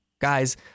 guys